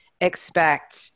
expect